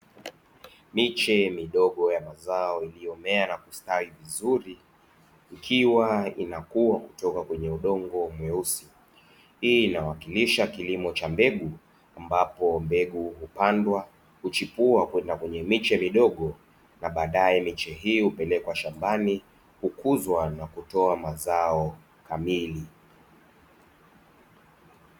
Miche midogo ya mazao iliyomea na kustawi vizuri ikiwa inakuwa kutoka kwenye udongo mweusi. Hii inawakilisha kilimo cha mbegu ambapo mbegu hupandwa huchipua kwenda kwenye miche midogo na baadae miche hii upelekwa shambani kukuzwa na kutoa mazao kamili.